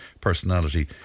personality